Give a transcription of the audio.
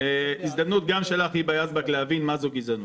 הזדמנות גם שלך, היבה יזבק להבין מה זו גזענות.